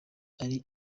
ari